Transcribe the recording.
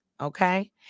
Okay